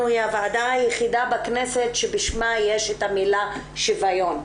היא הוועדה היחידה בכנסת שבשמה יש את המילה 'שוויון'